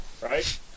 Right